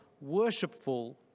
worshipful